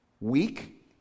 weak